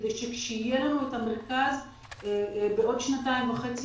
כדי שכאשר יהיה לנו את המרכז בעוד שנתיים וחצי